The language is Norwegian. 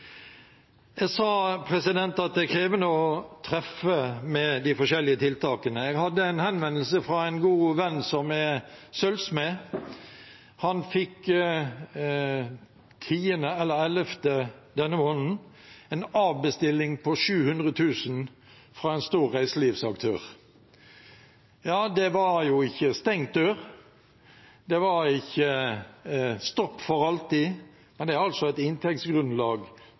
Jeg sa at det er krevende å treffe med de forskjellige tiltakene. Jeg fikk en henvendelse fra en god venn som er sølvsmed. Han fikk den 10. eller 11. denne måneden en avbestilling på 700 000 kr fra en stor reiselivsaktør. Det var jo ikke stengt dør, det var ikke stopp for alltid, men det er et inntektsgrunnlag